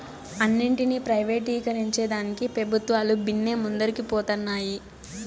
అన్నింటినీ ప్రైవేటీకరించేదానికి పెబుత్వాలు బిన్నే ముందరికి పోతన్నాయి